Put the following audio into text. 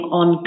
on